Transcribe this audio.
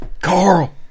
Carl